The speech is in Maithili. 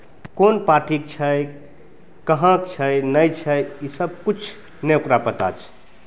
कोन पार्टीक छै कहाँक छै नहि छै ईसभ किछु नहि ओकरा पता छै